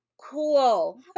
cool